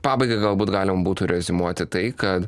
pabaigai galbūt galima būtų reziumuoti tai kad